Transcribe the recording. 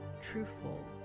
truthful